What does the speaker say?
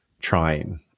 trying